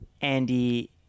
Andy